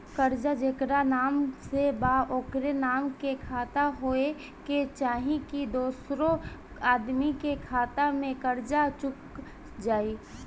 कर्जा जेकरा नाम से बा ओकरे नाम के खाता होए के चाही की दोस्रो आदमी के खाता से कर्जा चुक जाइ?